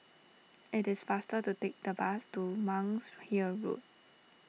it is faster to take the bus to Monk's Hill Road